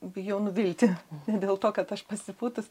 bijau nuvilti dėl to kad aš pasipūtus